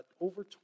over